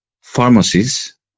pharmacies